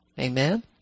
Amen